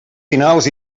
finals